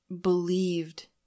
believed